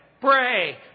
pray